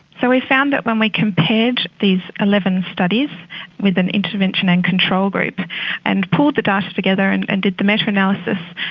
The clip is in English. so we found that when we compared these eleven studies with an intervention and control group and pulled the data together and and did the meta-analysis,